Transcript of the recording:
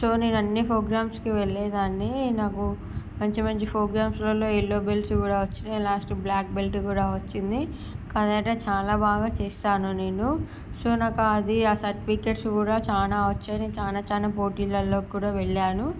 so నేను అన్ని ప్రోగ్రామ్స్కి వెళ్ళేదాన్ని నాకు మంచి మంచి ప్రోగ్రామ్స్లలో ఎల్లో బెల్ట్ కూడా వచ్చినాయి లాస్ట్ బ్లాక్ బెల్ట్ కూడా వచ్చింది కరాటే చాలా బాగా చేస్తాను నేను సో నాకు అది ఆ సర్టిఫికేట్స్ కూడా చాలా వచ్చాయి నేను చాలా చాలా పోటీళ్ళలోకి కూడా వెళ్ళాను